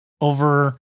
over